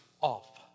off